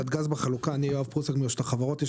אני יואב פרוסק מרשות החברות.